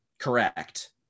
correct